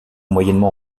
moyennement